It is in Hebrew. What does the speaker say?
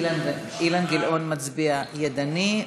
אילן גילאון מצביע ידנית.